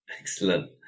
Excellent